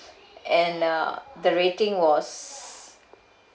and uh the rating was